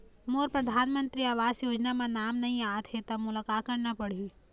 मोर परधानमंतरी आवास योजना म नाम नई आत हे त मोला का करना पड़ही?